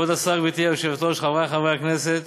כבוד השר, גברתי היושבת-ראש, חברי חברי הכנסת,